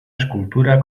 escultura